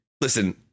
listen